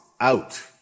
out